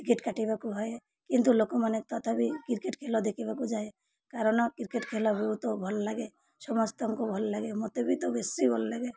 cricket କାଟିବାକୁ ହଏ କିନ୍ତୁ ଲୋକମାନେ ତଥାପି କ୍ରିକେଟ୍ ଖେଲ ଦେଖିବାକୁ ଯାଏ କାରଣ କ୍ରିକେଟ୍ ଖେଲ ବହୁତ ଭଲ ଲାଗେ ସମସ୍ତଙ୍କୁ ଭଲ ଲାଗେ ମୋତେ ବି ତ ବେଶୀ ଭଲ ଲାଗେ